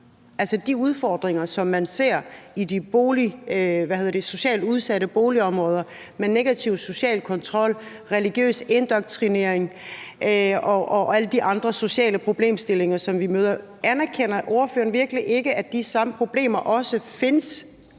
altså de udfordringer, som man ser i de socialt udsatte boligområder med negativ social kontrol, religiøs indoktrinering og alle de andre sociale problemstillinger, som vi møder? Anerkender ordføreren virkelig ikke, at de samme problemer også findes